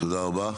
תודה רבה.